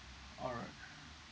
all right